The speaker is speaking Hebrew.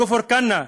כפר-כנא,